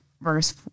verse